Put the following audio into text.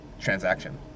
transaction